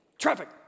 Traffic